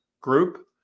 group